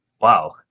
Wow